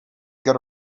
get